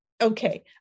okay